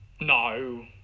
No